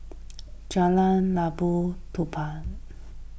Jalan Labu Puteh